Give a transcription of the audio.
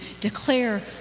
declare